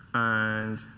and